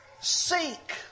seek